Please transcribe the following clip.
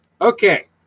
Okay